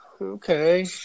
okay